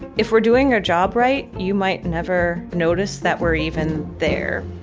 if we're doing our job right, you might never notice that we're even there